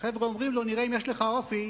והחבר'ה אומרים לו: נראה אם יש לך אופי,